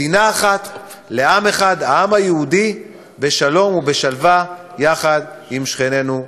מדינה אחת לעם אחד בשלום ובשלווה יחד עם שכנינו הערבים.